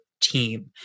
team